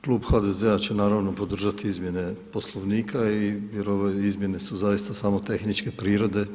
Klub HDZ-a će naravno podržati izmjene Poslovnika jer ove izmjene su zaista samo tehničke prirode.